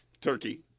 turkey